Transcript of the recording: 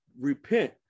repent